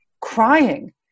crying